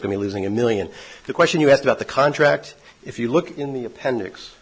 to losing a million the question you asked about the contract if you look in the appendix